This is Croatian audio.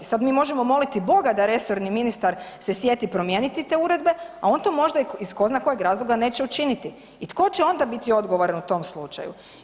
Sada mi možemo moliti Boga da resorni ministar se sjeti promijeniti te uredbe, a on to možda iz ko zna kojeg razloga neće učiniti i tko će onda biti odgovoran u tom slučaju?